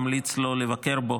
אני ממליץ לו לבקר בו,